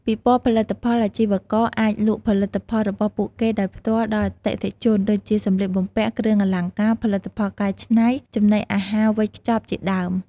ពិព័រណ៍ផលិតផល អាជីវករអាចលក់ផលិតផលរបស់ពួកគេដោយផ្ទាល់ដល់អតិថិជន ដូចជា សំលៀកបំពាក់ គ្រឿងអលង្ការ ផលិតផលកែច្នៃ ចំណីអាហារវេចខ្ចប់ជាដើម។